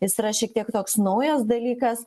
jis yra šiek tiek toks naujas dalykas